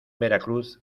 veracruz